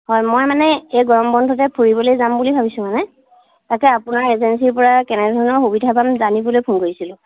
হয় মই মানে এই গৰম বন্ধতে ফুৰিবলৈ যাম বুলি ভাবিছোঁ মানে এতিয়া আপোনাৰ এজেঞ্চিৰ পৰা কেনেধৰণৰ সুবিধা পাম জানিবলৈ ফোন কৰিছিলো